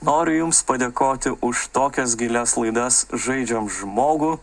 noriu jums padėkoti už tokias gilias laidas žaidžiam žmogų